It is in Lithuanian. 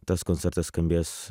tas koncertas skambės